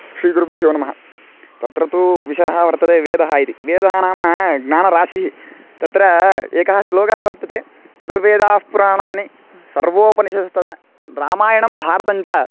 श्री गुरुभ्यो नमः तत्र तु विषयः वर्तते वेदः इति वेदः नाम ज्ञानराशिः तत्र एकः श्लोकः वर्तते चतुर्वेदाः पुराणानि सर्वोपनिषदस्तदा रामायणं भारतं च